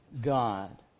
God